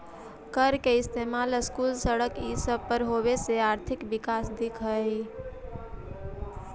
कर के इस्तेमाल स्कूल, सड़क ई सब पर होबे से आर्थिक विकास दिख हई